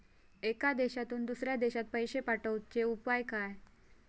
एका देशातून दुसऱ्या देशात पैसे पाठवचे उपाय काय?